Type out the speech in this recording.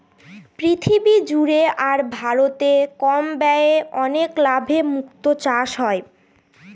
পৃথিবী জুড়ে আর ভারতে কম ব্যয়ে অনেক লাভে মুক্তো চাষ হয়